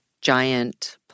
giant